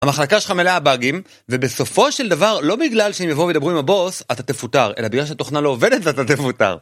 המחלקה שלך מלאה באגים, ובסופו של דבר, לא בגלל שהם יבואו וידברו עם הבוס, אתה תפוטר, אלא בגלל שהתוכנה לא עובדת ואתה תפוטר.